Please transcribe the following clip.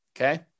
Okay